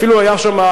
אפילו היה שם,